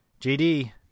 JD